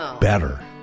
better